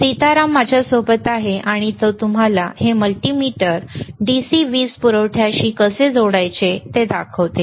सीताराम माझ्या सोबत आहेत आणि ते तुम्हाला हे मल्टीमीटर DC वीज पुरवठ्याशी कसे जोडायचे ते दाखवतील